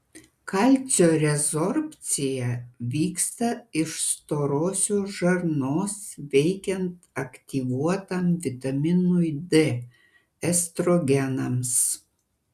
kalcio rezorbcija vyksta iš storosios žarnos veikiant aktyvuotam vitaminui d estrogenams